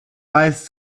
weist